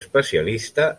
especialista